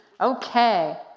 Okay